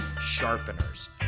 sharpeners